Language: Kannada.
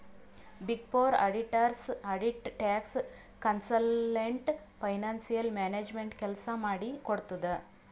big four auditors audit, tax, consultant, financial management ಕೆಲ್ಸ ಮಾಡಿ ಕೊಡ್ತುದ್